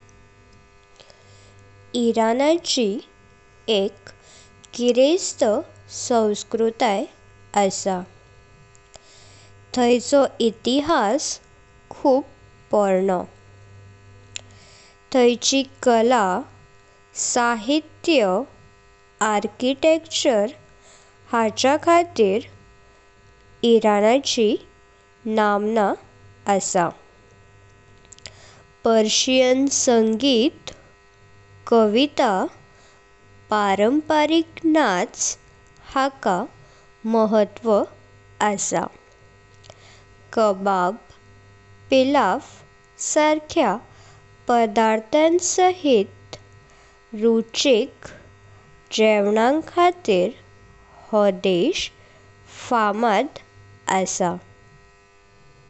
इराणाची एक गिरेस्थ संस्कृती आसा। थयचो इतिहास खुब पौरनो। थयची कला, साहित्य, आर्किटेक्चर, हाच खतीर इराणाची नामना आसा। पर्शियन संगीत, कविता, पारंपारिक नाच म्हतवा आसा। कबाब, पिलाफ सारकया पाऱाठा सहित रुचीक जेवण खतीर हो देश फामाद आसा।